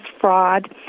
fraud